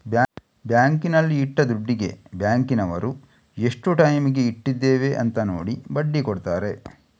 ಬ್ಯಾಂಕಿನಲ್ಲಿ ಇಟ್ಟ ದುಡ್ಡಿಗೆ ಬ್ಯಾಂಕಿನವರು ಎಷ್ಟು ಟೈಮಿಗೆ ಇಟ್ಟಿದ್ದೇವೆ ಅಂತ ನೋಡಿ ಬಡ್ಡಿ ಕೊಡ್ತಾರೆ